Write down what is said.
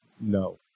No